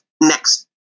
next